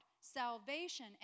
Salvation